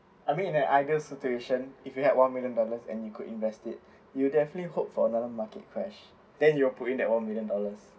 I mean in an ideal situation if you had one million dollars and you could invest it you definitely hope for another market crash then you put in that one million dollars